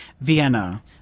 Vienna